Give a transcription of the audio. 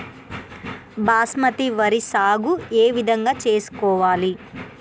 బాస్మతి వరి సాగు ఏ విధంగా చేసుకోవాలి?